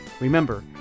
Remember